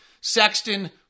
sexton